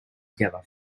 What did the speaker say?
together